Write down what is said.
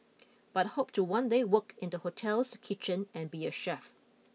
but hope to one day work in the hotel's kitchen and be a chef